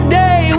day